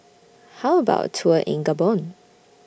How about A Tour in Gabon